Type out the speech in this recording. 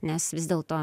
nes vis dėlto